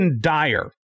Dyer